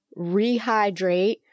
rehydrate